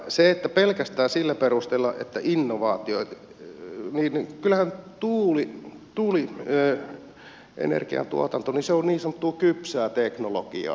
jos tuetaan pelkästään sillä perusteella että on innovaatio niin kyllähän tuulienergian tuotanto on niin sanottua kypsää teknologiaa